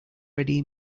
ready